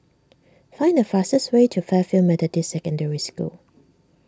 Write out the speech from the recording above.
find the fastest way to Fairfield Methodist Secondary School